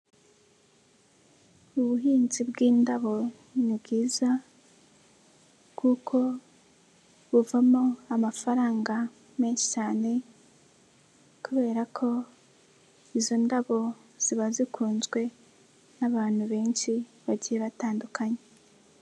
Ubuhinzi bw'indabo ni bwiza kuko buvamo amafaranga menshi cyane kubera ko izo ndabo ziba zikunzwe n'abantu benshi bagiye batandukanye.